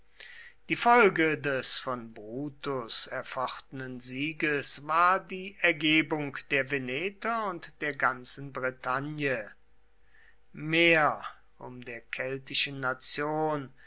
die folge des von brutus erfochtenen sieges war die ergebung der veneter und der ganzen bretagne mehr um der keltischen nation